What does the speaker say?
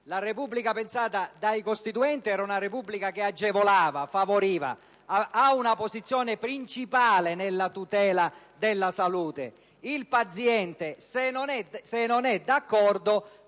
La Repubblica pensata dai Costituenti agevolava e favoriva ed ha una posizione principale nella tutela della salute. Il paziente, se non è d'accordo,